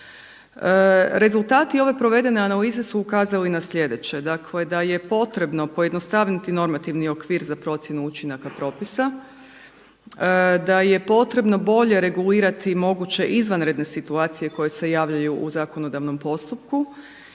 Rezultati ove provedene analize su ukazali na sljedeće. Dakle da je potrebno pojednostaviti normativni okvir za procjenu učinaka propisa, da je potrebno bolje regulirati moguće izvanredne situacije koje se javljaju u zakonodavnom postupku.